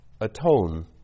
atone